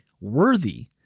worthy